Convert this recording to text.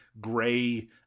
gray